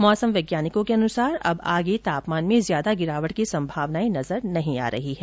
मौसम वैज्ञानिकों के अनुसार अब आगे तापमान में ज्यादा गिरावट की संभावनाएं नजर नहीं आ रही है